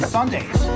Sundays